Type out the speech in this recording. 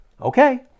Okay